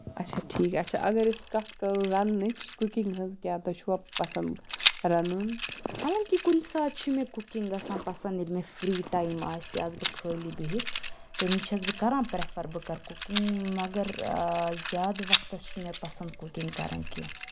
آچھا ٹھیٖک آچھا اگر أسۍ کَتھ کَرو رَننٕچ کُکِنٛگ ہنٛز کیٛاہ تۄہہِ چھُوا پَسنٛد رَنُن حالانٛکہِ کُنہِ ساتہٕ چھِ مےٚ کُکِنٛگ گژھان پَسَنٛد ییٚلہِ مےٚ فِرٛی ٹایِم آسہِ یا آسہٕ بہٕ خٲلی بِہِتھ تَمہِ وزۍ چھیٚس بہٕ کَران پرٛیفَر بہٕ کَرٕ کُکِنٛگ مگر ٲں زیادٕ وَقتَس چھِنہٕ مےٚ پسنٛد کُکِنٛگ کَرٕںۍ کیٚنٛہہ